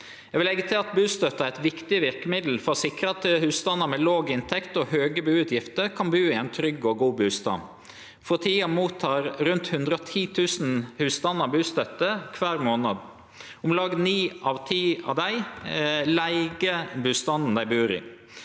Eg vil leggje til at bustøtta er eit viktig verkemiddel for å sikre at husstandar med låg inntekt og høge buutgifter kan bu i ein trygg og god bustad. For tida mottek rundt 110 000 husstandar bustøtte kvar månad. Om lag ni av ti av dei leiger bustaden dei bur i.